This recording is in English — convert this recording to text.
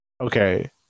okay